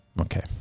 okay